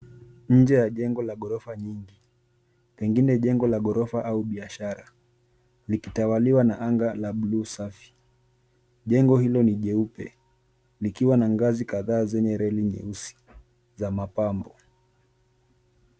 Nje ya jengo la ghorofa nyingi pengine jengo la ghorofa au biashara likitawaliwa na anga la blue safi. Jengo hilo ni jeupe likiwa na ngazi kadhaa zenye reli nyeusi za mapambo.